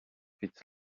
its